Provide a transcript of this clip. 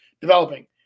developing